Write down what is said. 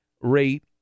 rate